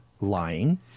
lying